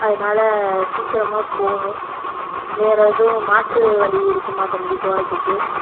அதனால் சீக்கிரமாக போகணும் வேறு எதுவும் மாற்று வழி இருக்குமா தம்பி போகிறத்துக்கு